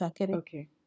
Okay